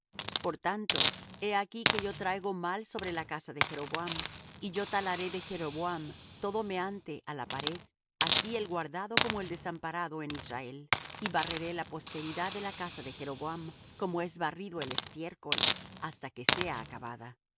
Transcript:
por tanto he aquí que yo traigo mal sobre la casa de jeroboam y yo talaré de jeroboam todo meante á la pared así el guardado como el desamparado en israel y barreré la posteridad de la casa de jeroboam como es barrido el estiércol hasta que sea acabada